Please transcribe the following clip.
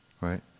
Right